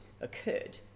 occurred